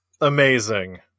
Amazing